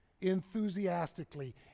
enthusiastically